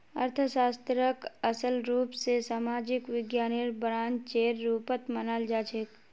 अर्थशास्त्रक असल रूप स सामाजिक विज्ञानेर ब्रांचेर रुपत मनाल जाछेक